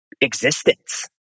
existence